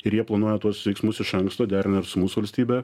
ir jie planuoja tuos veiksmus iš anksto derina ir su mūsų valstybe